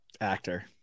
Actor